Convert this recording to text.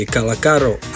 Kalakaro